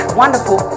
wonderful